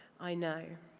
i know.